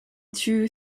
two